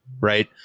Right